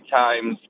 times